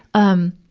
um,